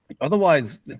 otherwise